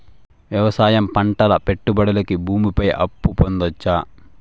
వ్యవసాయం పంటల పెట్టుబడులు కి భూమి పైన అప్పు పొందొచ్చా?